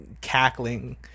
cackling